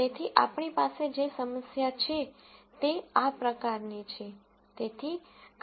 તેથી આપણી પાસે જે સમસ્યા છે તે આ પ્રકારની છે